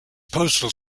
postal